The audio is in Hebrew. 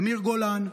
אמיר גולן,